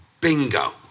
Bingo